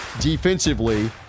defensively